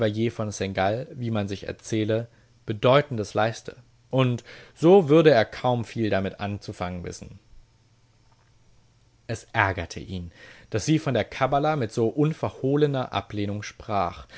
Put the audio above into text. von seingalt wie man sich erzähle bedeutendes leiste und so würde er kaum viel damit anzufangen wissen es ärgerte ihn daß sie von der kabbala mit so unverhohlener ablehnung sprach